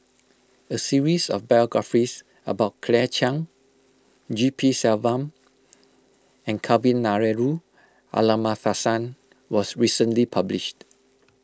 a series of biographies about Claire Chiang G P Selvam and Kavignareru Amallathasan was recently published